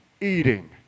eating